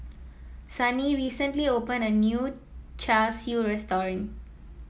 Sunny recently opened a new Char Siu restaurant